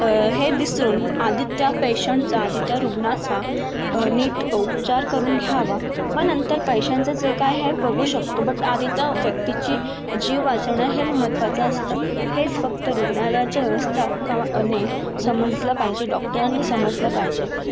हे दिसून आधी त्या पेशंटचा आधी त्या रूग्णाचा नीट उपचार करून घ्यावा मग नंतर पैशांचं जे काय आहे बघू शकतो बट आधी त्या व्यक्तीची जीव वाचवणंं हे महत्वाचं असतं हेच फक्त रूग्णालयाच्या व्यवस्थापकाने समजलं पाहिजे डॉक्टरांनी समजलं पाहिजे